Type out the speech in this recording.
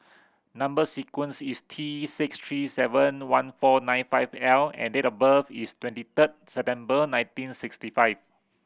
number sequence is T six three seven one four nine five L and date of birth is twenty third September nineteen sixty five